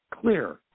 clear